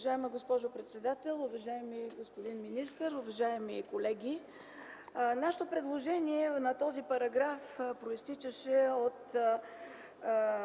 Уважаема госпожо председател, уважаеми господин министър, уважаеми колеги! Нашето предложение за този параграф произтичаше от